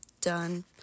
done